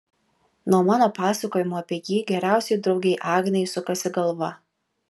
nuo mano pasakojimų apie jį geriausiai draugei agnei sukasi galva